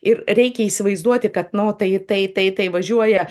ir reikia įsivaizduoti kad nu tai tai tai tai važiuoja